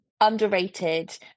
underrated